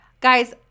guys